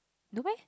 no meh